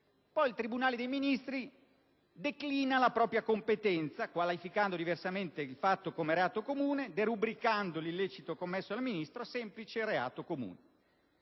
96. Il tribunale dei ministri, tuttavia, ha declinato la propria competenza, qualificando diversamente il fatto come reato comune, derubricando l'illecito ascritto al Ministro a semplice reato comune.